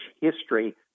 history